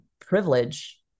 privilege